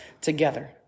together